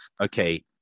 okay